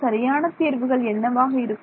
சரியான தீர்வுகள் என்னவாக இருக்கும்